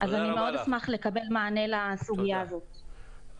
אשמח לקבל מענה לסוגיה הזו.